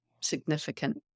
significant